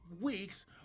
Weeks